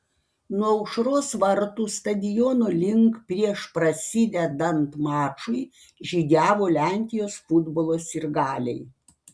nuo aušros vartų stadiono link prieš prasidedant mačui žygiavo lenkijos futbolo sirgaliai